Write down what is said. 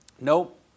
nope